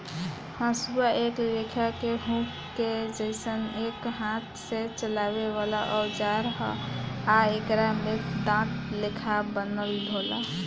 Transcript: हसुआ एक लेखा के हुक के जइसन एक हाथ से चलावे वाला औजार ह आ एकरा में दांत लेखा बनल होला